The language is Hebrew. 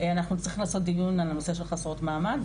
אנחנו צריכים לעשות דיון על הנושא של חסרות מעמד,